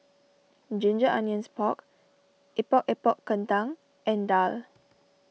Ginger Onions Pork Epok Epok Kentang and Daal